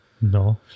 no